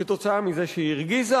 כתוצאה מזה שהיא הרגיזה